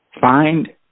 find